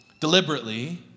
deliberately